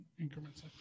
increments